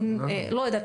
לא יודעת,